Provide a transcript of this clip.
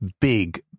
big